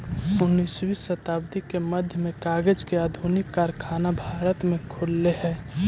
उन्नीसवीं शताब्दी के मध्य में कागज के आधुनिक कारखाना भारत में खुलले हलई